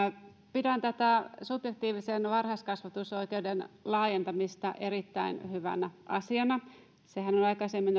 pidän tätä subjektiivisen varhaiskasvatusoikeuden laajentamista erittäin hyvänä asiana kunnillahan on aikaisemmin